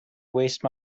waste